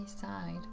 side